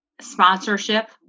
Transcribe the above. sponsorship